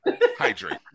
Hydrate